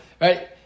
right